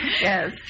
Yes